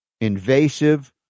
invasive